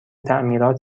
تعمیرات